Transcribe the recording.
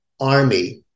army